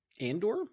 Andor